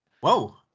whoa